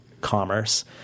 Commerce